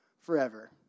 forever